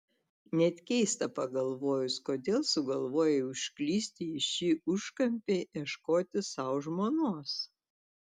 net keista pagalvojus kodėl sugalvojai užklysti į šį užkampį ieškoti sau žmonos